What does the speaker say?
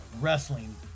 wrestling